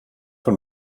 von